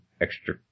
extra